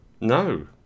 No